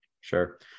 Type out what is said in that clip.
Sure